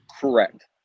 Correct